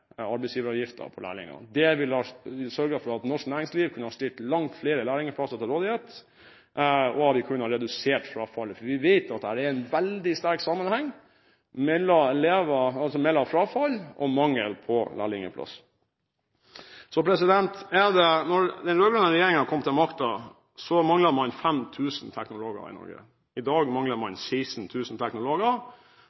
på lærlingplasser. Det ville sørget for at norsk næringsliv kunne ha stilt langt flere lærlingplasser til rådighet, og vi kunne ha redusert frafallet, for vi vet at det er en veldig sterk sammenheng mellom frafall og mangel på lærlingplasser. Da den rød-grønne regjeringen kom til makten, manglet man 5 000 teknologer i Norge. I dag mangler man